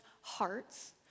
hearts